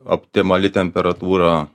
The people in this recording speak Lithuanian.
optimali temperatūra